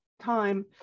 time